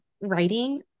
writing